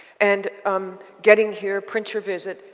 and um getting here, print your visit,